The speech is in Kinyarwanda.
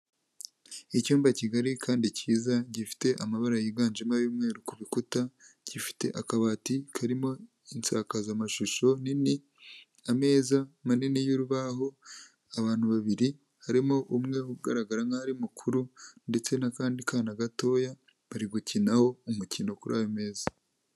Icyumba kigari kandi kiza gifite amabara yiganjemo ay'umweru ku bikuta, gifite akabati karimo insakazamashusho nini, ameza manini y'urubaho, abantu babiri harimo umwe ugaragara nk'aho ari mukuru ndetse n'akandi kana gatoya, bari gukinaho umukino kuri ayo meza.